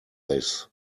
this